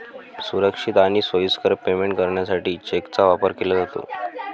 सुरक्षित आणि सोयीस्कर पेमेंट करण्यासाठी चेकचा वापर केला जातो